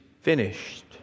finished